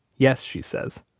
yes, she says.